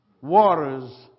waters